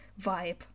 vibe